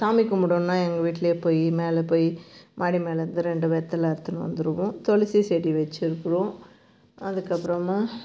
சாமி கும்பிடணும்னா எங்கள் வீட்டுலயே போய் மேலே போய் மாடி மேலே இருந்து ரெண்டு வெற்றில அறுத்துன்னு வந்துடுவோம் துளசி செடி வைச்சிருக்குறோம் அதுக்கப்புறமா